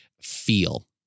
feel